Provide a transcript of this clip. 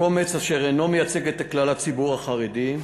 קומץ אשר אינו מייצג את כלל הציבור החרדי,